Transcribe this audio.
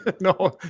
No